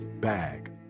bag